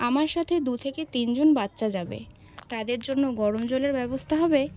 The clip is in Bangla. আমার সাথে দু থেকে তিনজন বাচ্চা যাবে তাদের জন্য গরম জলের ব্যবস্থা হবে